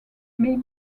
may